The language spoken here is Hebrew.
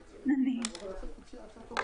אני לא יכול לקחת מפה ומשם זה לא עובד משפטית.